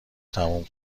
تموم